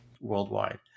worldwide